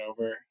over